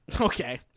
Okay